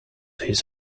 his